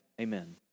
amen